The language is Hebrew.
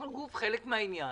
אנחנו חלק מן העניין.